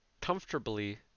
Comfortably